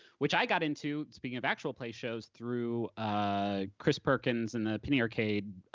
which i got into, speaking of actual play shows, through ah chris perkins and the penny arcade,